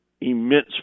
immense